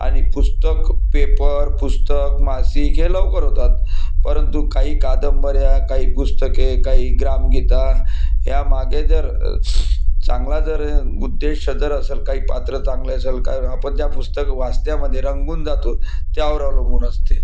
आणि पुस्तक पेपर पुस्तक मासिक हे लवकर होतात परंतु काही कादंबऱ्या काही पुस्तके काही ग्रामगीता या मागे जर चांगला जर उद्देश जर असेल काही पात्र चांगले असेल आपण त्या पुस्तक वाचण्यामधे रंगून जातो त्यावर अवलंबून असते